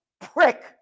prick